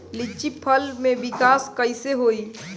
लीची फल में विकास कइसे होई?